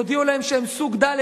יודיעו להם שהם סוג ד',